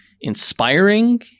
inspiring